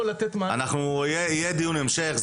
יהיה דיון המשך,